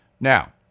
Now